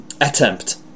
attempt